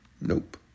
Nope